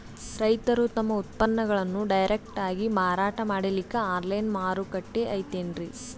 ರೈತರು ತಮ್ಮ ಉತ್ಪನ್ನಗಳನ್ನು ಡೈರೆಕ್ಟ್ ಆಗಿ ಮಾರಾಟ ಮಾಡಲಿಕ್ಕ ಆನ್ಲೈನ್ ಮಾರುಕಟ್ಟೆ ಐತೇನ್ರೀ?